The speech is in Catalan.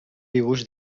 dibuix